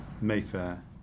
Mayfair